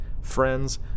friends